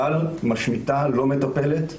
אבל משמיטה, לא מטפלת באפשרויות,